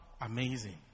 Amazing